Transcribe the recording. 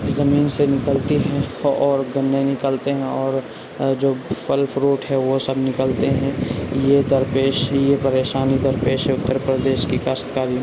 زمیں سے نکلتی ہیں اور گنے نکلتے ہیں اور جو پھل فروٹ ہے وہ سب نکلتے ہیں یہ درپیش یہ پریشانی دردپیش ہے اترپردیش کی کاشتکاری